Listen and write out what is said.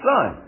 Son